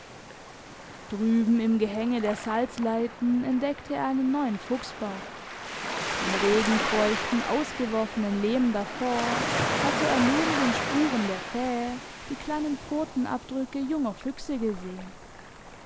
drüben im gehänge der salzleiten entdeckte er einen neuen fuchsbau im regenfeuchten ausgeworfenen lehm davor hatte er neben den spuren der fähe die kleinen pfotenabdrücke junger füchse gesehen